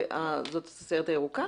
זאת הסיירת הירוקה?